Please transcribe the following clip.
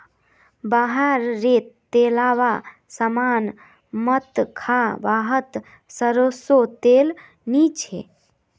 बाहर रे तेलावा सामान मत खा वाहत सरसों तेल नी छे